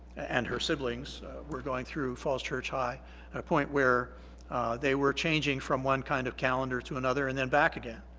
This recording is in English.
and her siblings were going through falls church high at a point where they were changing from one kind of calendar to another and then back again.